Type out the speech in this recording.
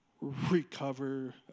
recover